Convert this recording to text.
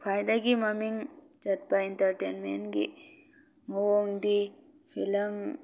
ꯈ꯭ꯋꯥꯏꯗꯒꯤ ꯃꯃꯤꯡ ꯆꯠꯄ ꯏꯟꯇꯔꯇꯦꯟꯃꯦꯟꯒꯤ ꯃꯑꯣꯡꯗꯤ ꯐꯤꯂꯝ